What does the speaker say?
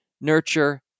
nurture